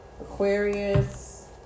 Aquarius